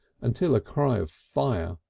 until a cry of fire!